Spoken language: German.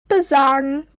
besagen